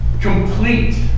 Complete